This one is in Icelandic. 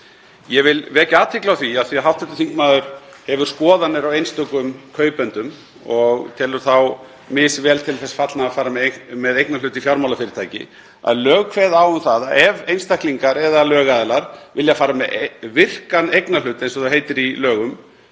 Ég vil vekja athygli á því, af því að hv. þingmaður hefur skoðanir á einstökum kaupendum og telur þá misvel til þess fallna að fara með eignarhlut í fjármálafyrirtæki, að lög kveða á um það að ef einstaklingar eða lögaðilar vilja fara með virkan eignarhlut, eins og það heitir í lögum,